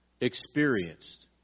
experienced